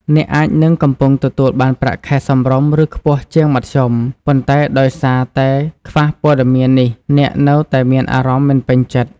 អ្នកអាចនឹងកំពុងទទួលបានប្រាក់ខែសមរម្យ ឬខ្ពស់ជាងមធ្យម ប៉ុន្តែដោយសារតែខ្វះព័ត៌មាននេះ អ្នកនៅតែមានអារម្មណ៍មិនពេញចិត្ត។